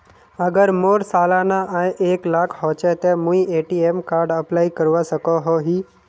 अगर मोर सालाना आय एक लाख होचे ते मुई ए.टी.एम कार्ड अप्लाई करवा सकोहो ही?